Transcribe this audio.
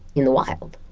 in the wild,